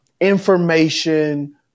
information